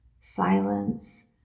silence